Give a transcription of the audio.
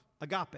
agape